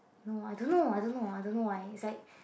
no I don't know I don't know I don't know why is like